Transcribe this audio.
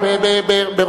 יש מתנגד אחד.